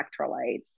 electrolytes